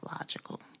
logical